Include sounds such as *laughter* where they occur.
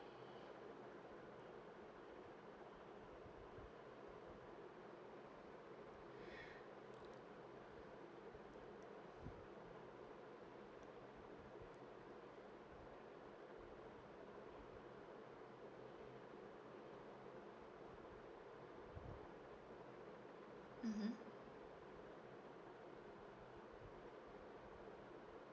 *breath* mmhmm